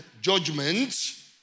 judgment